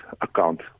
account